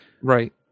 Right